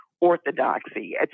orthodoxy